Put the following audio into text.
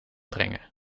brengen